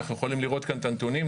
אנחנו יכולים לראות כאן את הנתונים.